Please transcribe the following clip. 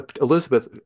Elizabeth